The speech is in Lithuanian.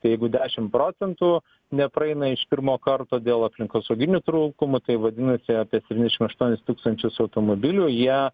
tai jeigu dešim procentų nepraeina iš pirmo karto dėl aplinkosauginių trūkumų tai vadinas apie septyniašim aštuonis tūkstančius automobilių jie